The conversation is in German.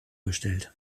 gestellt